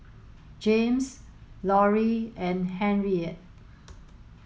Jaymes Lorie and Henriette